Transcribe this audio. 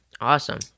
awesome